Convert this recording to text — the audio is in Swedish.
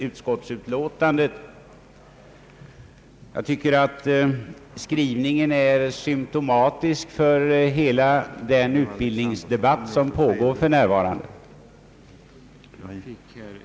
Utskottets skrivning är enligt mitt förmenande symptomatisk för hela den utbildningsdebatt som för närvarande pågår.